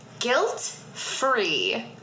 Guilt-free